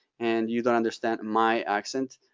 and you don't understand my accent.